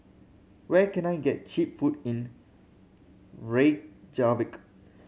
where can I get cheap food in Reykjavik